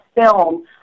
film